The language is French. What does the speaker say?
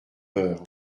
heures